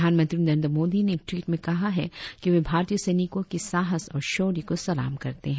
प्रधानमंत्री नरेंद्र मोदी ने एक ट्वीट में कहा है कि वे भारतीय सैनिकों के साहस और शौर्य को सलाम करते हैं